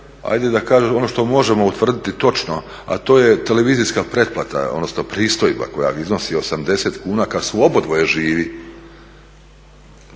hajde da kažem, ono što možemo utvrditi točno a to je televizijska pretplata, odnosno pristojba koja iznosi 80 kuna kad su obadvoje živi